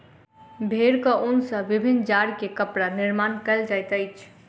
भेड़क ऊन सॅ विभिन्न जाड़ के कपड़ा निर्माण कयल जाइत अछि